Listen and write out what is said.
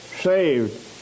saved